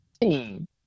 team